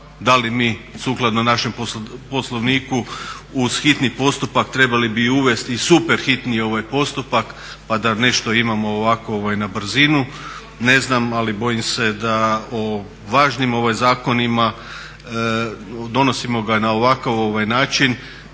da li mi sukladno našem Poslovniku uz hitni postupak trebali bi uvesti i super hitni postupak pa da nešto imamo ovako na brzinu. Ne znam, ali bojim se da o važnim zakonima donosimo ga na ovakav način